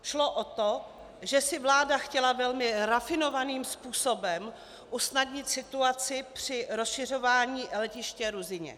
Šlo o to, že si vláda chtěla velmi rafinovaným způsobem usnadnit situaci při rozšiřování letiště Ruzyně.